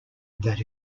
that